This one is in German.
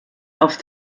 auf